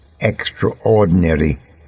extraordinary